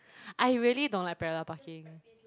I really don't like parallel parking